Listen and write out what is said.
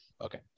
Okay